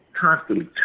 constantly